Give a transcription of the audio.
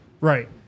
right